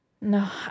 No